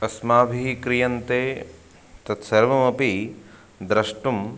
अस्माभिः क्रियन्ते तत्सर्वमपि द्रष्टुं